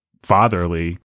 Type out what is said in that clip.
fatherly